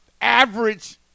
average